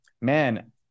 man